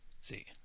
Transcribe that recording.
see